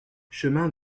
chemin